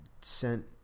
sent